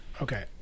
Okay